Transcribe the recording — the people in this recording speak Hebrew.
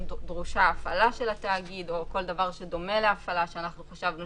דרושה הפעלה של התאגיד או כל דבר שדומה להפעלה שאנחנו חשבנו